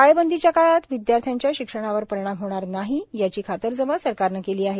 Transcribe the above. टाळेबंदीच्या काळात विद्यार्थ्यांच्या शिक्षणावर परिणाम होणार नाही याची खातरजमा सरकारने केली आहे